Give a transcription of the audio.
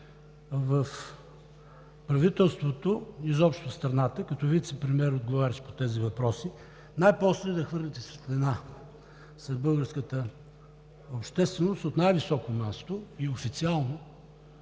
в правителството, изобщо в страната като вицепремиер, отговарящ по тези въпроси, най-после да хвърлите светлина за българската общественост от най-високо и официално